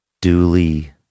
duly